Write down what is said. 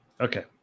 okay